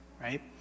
right